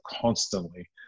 constantly